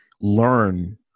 learn